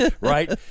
right